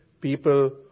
people